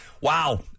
Wow